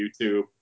YouTube